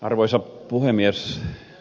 arvoisa puhemies